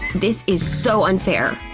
this is so unfair!